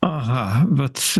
aha vat